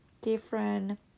different